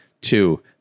two